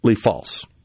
false